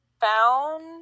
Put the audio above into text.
found